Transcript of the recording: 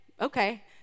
okay